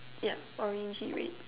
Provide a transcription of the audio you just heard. yeah orangey red